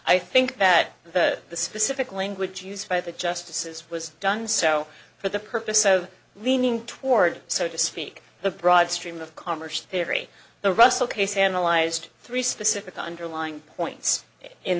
i think that the specific language used by the justices was done so for the purpose so weaning toward so to speak the broad stream of commerce theory the russell case analyzed three specific underlying points in